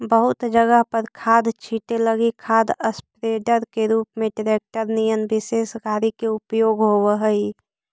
बहुत जगह पर खाद छीटे लगी खाद स्प्रेडर के रूप में ट्रेक्टर निअन विशेष गाड़ी के उपयोग होव हई